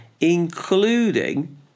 including